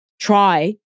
Try